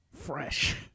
fresh